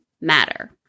matter